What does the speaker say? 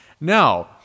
Now